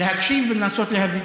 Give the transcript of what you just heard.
להקשיב ולנסות להבין.